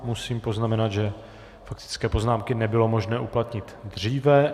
Musím poznamenat, že faktické poznámky nebylo možné uplatnit dříve.